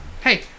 Hey